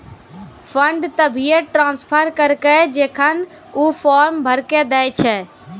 fund तभिये transfer करऽ जेखन ऊ फॉर्म भरऽ के दै छै